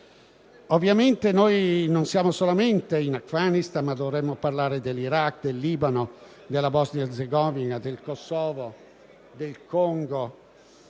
Ovviamente non siamo soltanto in Afghanistan, ma dovremmo parlare dell'Iraq, del Libano, della Bosnia-Erzegovina, del Kosovo, del Congo,